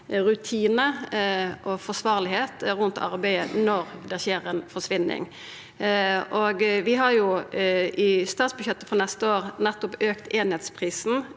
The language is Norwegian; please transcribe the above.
rutinar og forsvarlegheit rundt arbeidet når det skjer ei forsvinning. Vi har i statsbudsjettet for neste år nettopp føreslått